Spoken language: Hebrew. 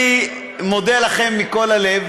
אז אני מודה לכם מכל הלב.